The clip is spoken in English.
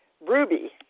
ruby